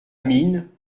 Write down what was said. mine